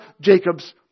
Jacob's